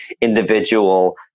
individual